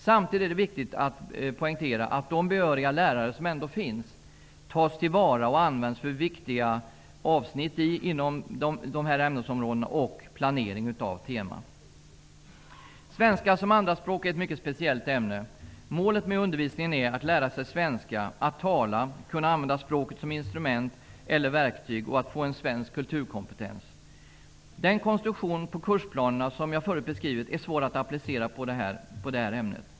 Samtidigt är det viktigt att poängtera att de behöriga lärare som ändå finns tas till vara och används för viktiga avsnitt inom dessa ämnesområden och för planering av teman. Svenska som andraspråk är ett mycket speciellt ämne. Målet med undervisningen är att lära sig svenska, att tala, kunna använda språket som instrument eller verktyg och att få en svensk kulturkompetens. Den konstruktion på kursplanerna som jag förut beskrivit är svår att applicera på detta ämne.